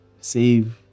save